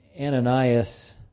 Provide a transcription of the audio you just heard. Ananias